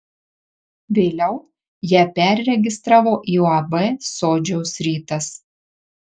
vėliau ją perregistravo į uab sodžiaus rytas